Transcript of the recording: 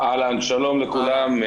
שלום לכולם.